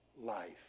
life